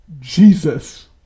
Jesus